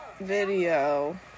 video